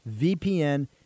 VPN